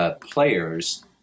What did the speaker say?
players